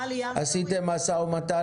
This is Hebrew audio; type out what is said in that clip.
ומתן